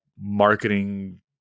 marketing